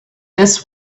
this